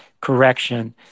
correction